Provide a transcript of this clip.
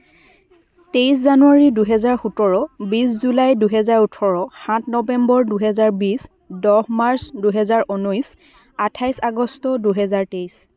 তেইছ জানুৱাৰী দুহেজাৰ সোতৰ বিছ জুলাই দুহেজাৰ ওঠৰ সাত নৱেম্বৰ দুহেজাৰ বিছ দহ মাৰ্চ দুহেজাৰ ঊনৈছ আঠাইছ আগষ্ট দুহেজাৰ তেইছ